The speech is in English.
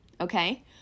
okay